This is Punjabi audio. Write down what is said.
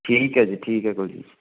ਠੀਕ ਹੈ ਜੀ ਠੀਕ ਹੈ ਕੋਈ ਨਹੀਂ